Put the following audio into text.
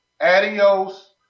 adios